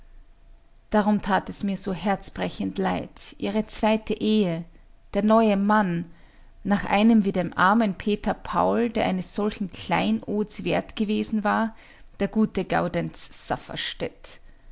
darum tat es mir so herzbrechend leid ihre zweite ehe der neue mann nach einem wie dem armen peter paul der eines solchen kleinods wert gewesen war der gute gaudenz